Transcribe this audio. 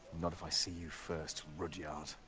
not if i see you first, rudyard.